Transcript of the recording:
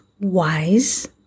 wise